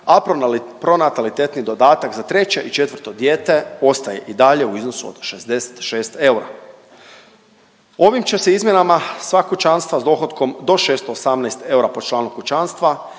a pronatalitetni dodatak za treće i četvrto dijete ostaje i dalje u iznosu od 66 eura. Ovim će se izmjenama sva kućanstva sa dohotkom do 618 eura po članu kućanstva